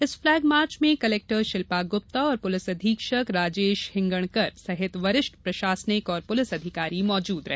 इस flag march में collector Shilpa Gupta और पुलिस अधीक्षक राजेश हिंगणकर सहित वरिष्ठ प्रशासनिक और पुलिस अधिकारी मौजूद रहे